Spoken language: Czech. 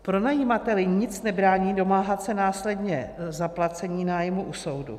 Pronajímateli nic nebrání domáhat se následně zaplacení nájmu u soudu.